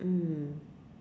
mm